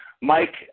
Mike